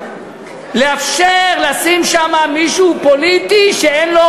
לאפשר לשים שם מישהו פוליטי שאין לו